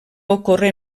ocorre